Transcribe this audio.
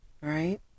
Right